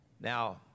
Now